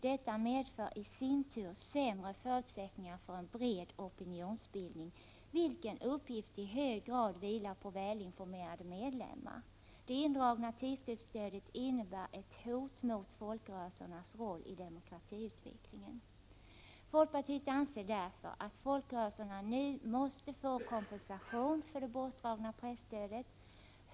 Det medför i sin tur sämre förutsättningar för en bred opinionsbildning — en uppgift som i hög grad vilar på välinformerade medlemmar. Det indragna tidskriftsstödet innebär ett hot när det gäller folkrörelsernas roll i demokratiutvecklingen. Folkpartiet anser därför att folkrörelserna nu måste få kompensation för det bortdragna presstödet.